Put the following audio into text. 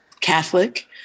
Catholic